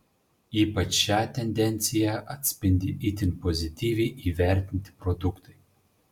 ypač šią tendenciją atspindi itin pozityviai įvertinti produktai